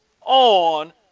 on